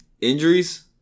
injuries